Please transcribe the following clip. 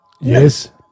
Yes